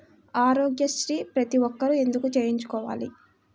ఆరోగ్యశ్రీ ప్రతి ఒక్కరూ ఎందుకు చేయించుకోవాలి?